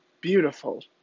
beautiful